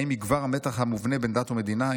האם יגבר המתח המובנה בין דת ומדינה?